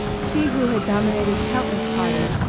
she who had dominated countless parties,